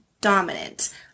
dominant